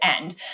end